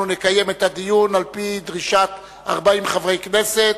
אנחנו נקיים את הדיון על-פי דרישת 40 חברי הכנסת,